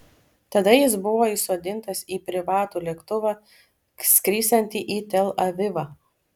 tada jis buvo įsodintas į privatų lėktuvą skrisiantį į tel avivą